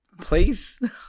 please